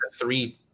three –